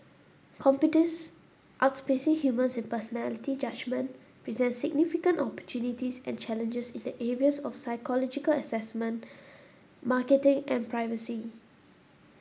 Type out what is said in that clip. computers outs pacing humans in personality judgement presents significant opportunities and challenges in the areas of psychological assessment marketing and privacy